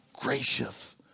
gracious